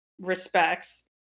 respects